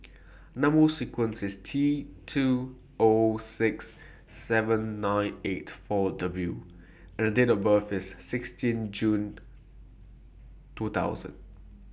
Number sequence IS T two O six seven nine eight four W and Date of birth IS sixteen June two thousand